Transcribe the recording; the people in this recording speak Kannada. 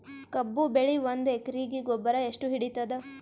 ಕಬ್ಬು ಬೆಳಿ ಒಂದ್ ಎಕರಿಗಿ ಗೊಬ್ಬರ ಎಷ್ಟು ಹಿಡೀತದ?